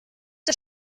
der